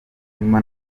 nyuma